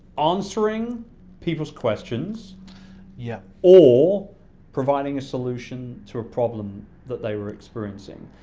answering people's questions yeah or providing a solution to a problem that they were experiencing.